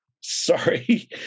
Sorry